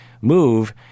move